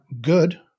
good